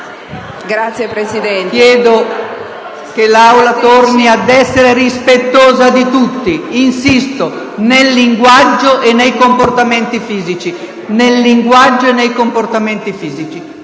alla calma. Chiedo che l'Aula torni ad essere rispettosa di tutti - insisto - nel linguaggio e nei comportamenti fisici.